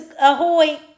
ahoy